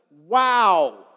Wow